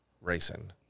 racing